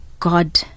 God